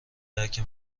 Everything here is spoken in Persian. درک